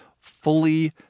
fully